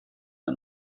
der